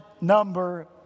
number